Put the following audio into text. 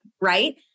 right